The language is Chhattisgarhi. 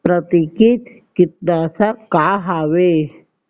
प्राकृतिक कीटनाशक का हवे?